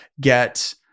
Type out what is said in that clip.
get